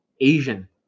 Asian